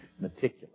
meticulous